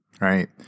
right